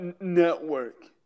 network